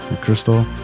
Crystal